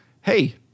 hey